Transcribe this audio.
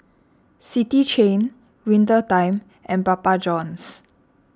City Chain Winter Time and Papa Johns